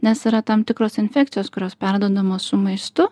nes yra tam tikros infekcijos kurios perduodamos su maistu